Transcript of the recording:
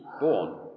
born